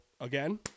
again